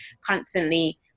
constantly